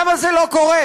למה זה לא קורה?